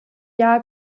jahr